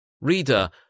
Reader